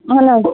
اہن حظ